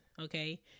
okay